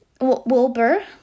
Wilbur